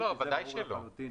ודאי שלא.